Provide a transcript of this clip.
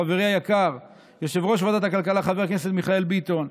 חברי היקר יושב-ראש ועדת הכלכלה חבר הכנסת מיכאל ביטון,